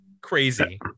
crazy